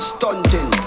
Stunting